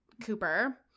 Cooper